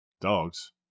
Dogs